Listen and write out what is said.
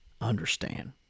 understand